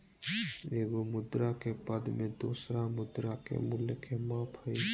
एगो मुद्रा के पद में दोसर मुद्रा के मूल्य के माप हइ